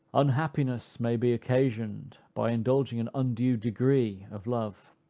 unhappiness may be occasioned by indulging an undue degree of love.